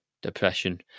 Depression